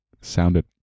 sounded